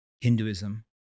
Hinduism